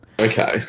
Okay